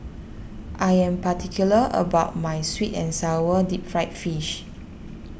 I am particular about my Sweet and Sour Deep Fried Fish